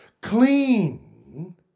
Clean